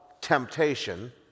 temptation